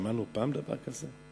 שמענו פעם דבר כזה?